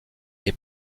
est